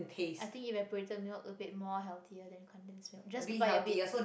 I think evaporated milk a bit more healthier than condense milk just by a bit